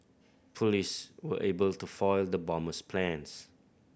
police were able to foil the bomber's plans